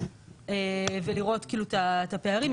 ולראות את הפערים.